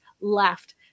left